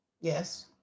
Yes